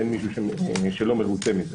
אין מישהו שלא מרוצה מזה.